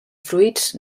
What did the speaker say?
fruits